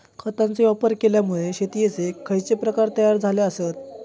खतांचे वापर केल्यामुळे शेतीयेचे खैचे प्रकार तयार झाले आसत?